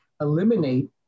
eliminate